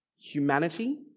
humanity